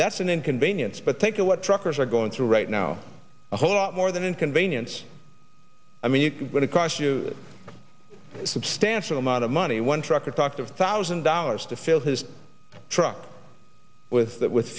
that's an inconvenience but taking what truckers are going through right now a whole lot more than inconvenience i mean you can but it cost you a substantial amount of money one trucker talked of thousand dollars to fill his truck with that with